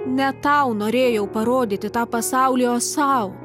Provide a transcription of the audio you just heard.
ne tau norėjau parodyti tą pasaulį o sau